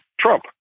Trump